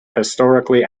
historically